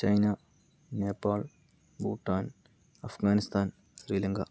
China Nepal Bhutan Afghanistan Sri Lanka